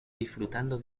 disfrutando